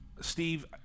Steve